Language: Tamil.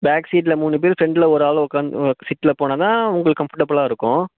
பேக் சீட்டில் மூணு பேர் ஃபிரண்ட்டில் ஒரு ஆள் உக்காந்து சீட்டில் போனால்தான் உங்களுக்கு கம்போர்ட்டபுளாக இருக்கும்